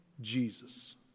Jesus